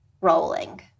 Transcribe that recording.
rolling